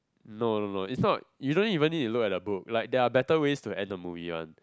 no no no is not you don't even need to look at the book like there are better ways to end the movie one